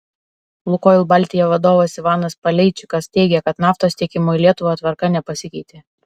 lukoil baltija vadovas ivanas paleičikas teigė kad naftos tiekimo į lietuvą tvarka nepasikeitė